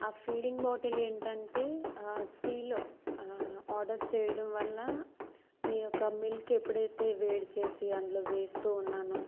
ఆ feeding bottle ఏంటంటే steel order చేయడం వల్ల నీ యొక మిల్క్ ఎప్పుడైతే వేడి చేసి అందులో వేస్తూ ఉన్నానో